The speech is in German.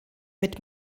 mit